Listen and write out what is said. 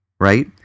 right